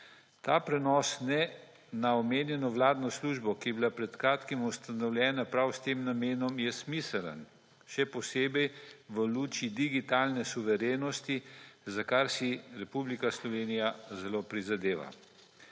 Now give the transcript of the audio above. Ta prenos na omenjeno vladno službo, ki je bil pred kratkim ustanovljena prav s tem namenom je smiseln še posebej v luči digitalne suverenosti, za kar si Republika Slovenija prizadeva.